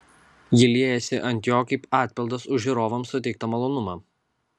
ji liejasi ant jo kaip atpildas už žiūrovams suteiktą malonumą